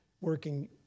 working